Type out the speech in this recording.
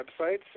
websites